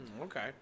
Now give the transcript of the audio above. Okay